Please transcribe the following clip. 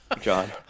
John